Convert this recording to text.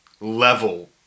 level